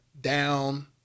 down